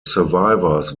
survivors